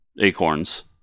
acorns